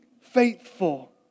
faithful